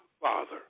Father